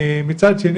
מצד שני,